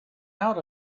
out